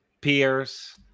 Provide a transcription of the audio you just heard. peers